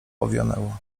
owionęło